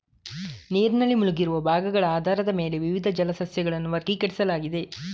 ನೀರಿನಲ್ಲಿ ಮುಳುಗಿರುವ ಭಾಗಗಳ ಆಧಾರದ ಮೇಲೆ ವಿವಿಧ ಜಲ ಸಸ್ಯಗಳನ್ನು ವರ್ಗೀಕರಿಸಲಾಗಿದೆ